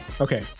Okay